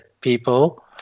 people